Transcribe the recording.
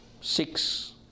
Six